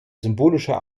symbolischer